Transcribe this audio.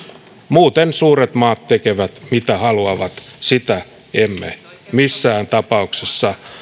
muuten suuret maat tekevät mitä haluavat sitä emme missään tapauksessa